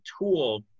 tool